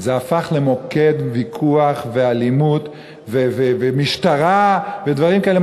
הפך למוקד ויכוח ואלימות ומשטרה ודברים כאלה.